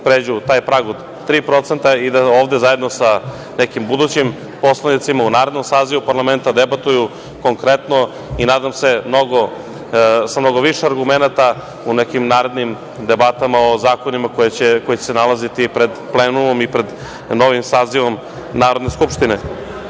pređu taj prag od 3% i da ovde zajedno sa nekim budućim poslanicima u narednom sazivu parlamenta, debatuju konkretno i nadam se sa mnogo više argumenata u nekim narednim debatama o zakonima koji će se nalaziti pred plenumom i pred novim sazivom Narodne Skupštine. Kada